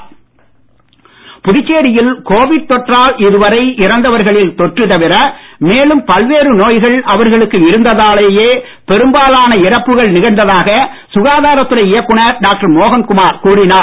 மோகன்குமார் புதுச்சேரியில் கோவிட் தொற்றால் இதுவரை இறந்வர்களில் தொற்று தவிர மேலும் பல்வேறு நோய்கள் அவர்களுக்கு இருந்ததாலேயே பெரும்பாலான இறப்புகள் நிகழ்ந்ததாக சுகாதரத்துறை இயக்குநர் டாக்டர் மோகன் குமார் கூறினார்